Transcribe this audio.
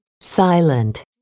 Silent